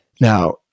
Now